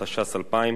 התש"ס 2000,